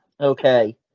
Okay